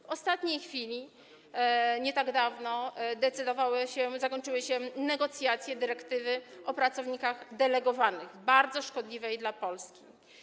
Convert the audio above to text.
W ostatniej chwili, nie tak dawno decydowano się, zakończyły się negocjacje dyrektywy o pracownikach delegowanych, bardzo szkodliwej dla Polski.